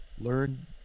learn